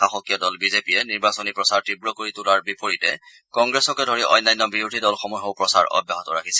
শাসকীয় দল বি জে পিয়ে নিৰ্বাচনী প্ৰচাৰ তীৱ কৰি তোলাৰ বিপৰীতে কংগ্ৰেছকে ধৰি অনান্য বিৰোধী দলসমূহেও প্ৰচাৰ অব্যাহত ৰাখিছে